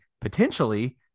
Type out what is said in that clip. potentially